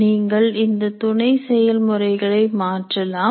நீங்கள் இந்தத் துணை செயல்முறைகளை மாற்றலாம்